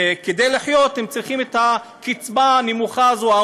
וכדי לחיות הם צריכים את הקצבה הנמוכה הזאת,